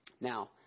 Now